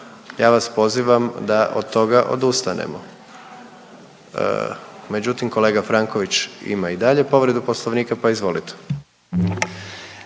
ja vas pozivam da od toga odustanemo, međutim kolega Franković ima i dalje povredu poslovnika, pa izvolite.